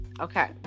okay